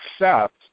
accept